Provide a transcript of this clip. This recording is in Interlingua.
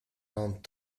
non